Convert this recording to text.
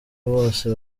bose